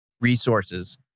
resources